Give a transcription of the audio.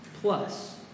plus